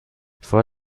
vor